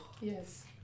Yes